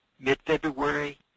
mid-February